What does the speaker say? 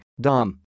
DOM